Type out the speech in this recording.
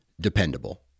dependable